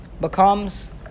becomes